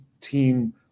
team